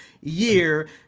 year